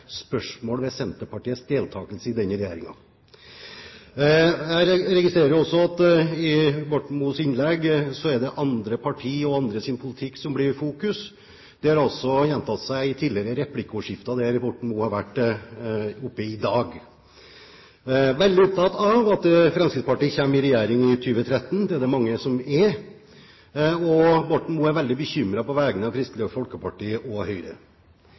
spørsmål ved Senterpartiets deltakelse i denne regjeringen. Jeg registrerer at det i Borten Moes innlegg er andre partier og andres politikk som kommer i fokus. Dette har også gjentatt seg i tidligere replikkordskifter der Borten Moe har vært oppe i dag. Han er veldig opptatt av at Fremskrittspartiet kommer i regjering i 2013 – det er det mange som er – og Borten Moe er veldig bekymret på vegne av Kristelig Folkeparti og Høyre.